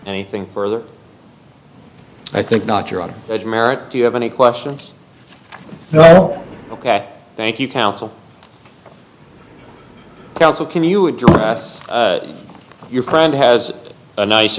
anything further i think not your honor america do you have any questions ok thank you counsel counsel can you address your friend has a nice